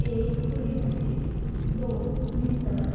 एक पुरी भाजी दोन मिसळ